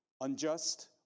unjust